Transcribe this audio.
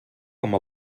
com